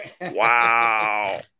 Wow